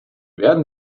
werden